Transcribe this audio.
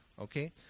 Okay